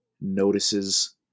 notices